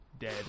Dead